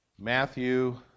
Matthew